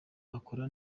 akora